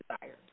desired